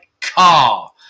car